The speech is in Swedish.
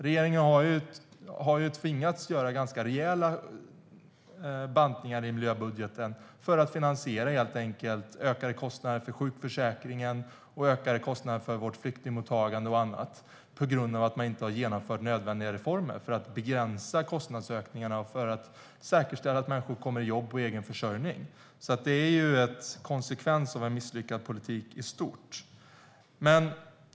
Regeringen har tvingats banta miljöbudgeten ganska rejält för att finansiera ökade kostnader för sjukförsäkring, flyktingmottagande och annat på grund av att man inte har genomfört nödvändiga reformer för att begränsa kostnadsökningarna och för att säkerställa att människor kommer i jobb och egen försörjning. Det är alltså en konsekvens av en misslyckad politik i stort. Fru talman!